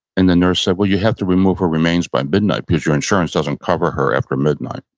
and the nurse said, well, you have to remove her remains by midnight because your insurance doesn't cover her after midnight.